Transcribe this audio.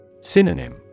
Synonym